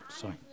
Sorry